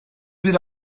bir